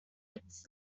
its